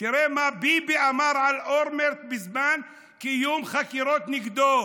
תראו מה ביבי אמר על אולמרט בזמן קיום חקירות נגדו.